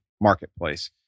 marketplace